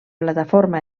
plataforma